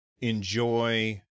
enjoy